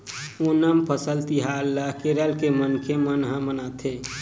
ओनम फसल तिहार ल केरल के मनखे मन ह मनाथे